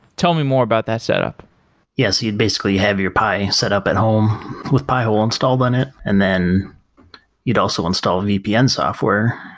tell me more about that set up yes you'd basically basically have your pi set up at home with pi-hole installed on it and then you'd also install vpn software.